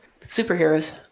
Superheroes